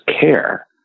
care